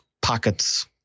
pockets